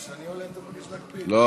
לא.